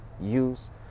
use